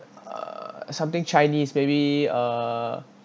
err something chinese maybe uh